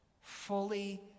Fully